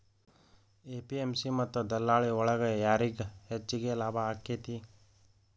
APMC ಮತ್ತ ದಲ್ಲಾಳಿ ಒಳಗ ಯಾರಿಗ್ ಹೆಚ್ಚಿಗೆ ಲಾಭ ಆಕೆತ್ತಿ?